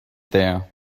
there